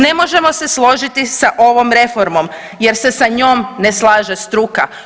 Ne možemo se složiti sa ovom reformom jer se sa njom ne slaže struka.